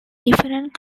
different